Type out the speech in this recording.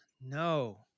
No